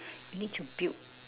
you need to build